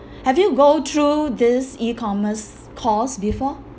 have you go through this E-commerce course before